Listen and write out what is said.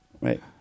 Right